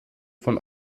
von